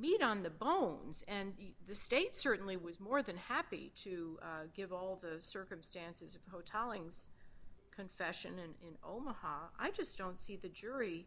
meat on the bones and the state certainly was more than happy to give all the circumstances hotel ings confession in omaha i just don't see the jury